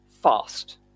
fast